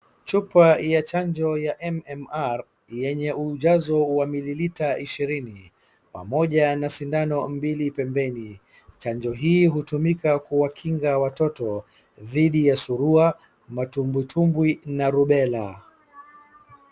Chupa ya chanjo ya MMR yenye ujazo wa mililita ishirini pamoja na sindano mbili pembeni, chanjo hii hutumika kuwakinga watoto dhidi ya surua, matumbwitumbwi na rubela.